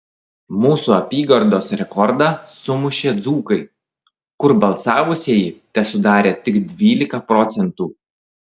mūsų apygardos rekordą sumušė dzūkai kur balsavusieji tesudarė tik dvylika procentų